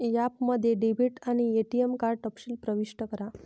ॲपमध्ये डेबिट आणि ATM card तपशील प्रविष्ट करा